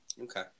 Okay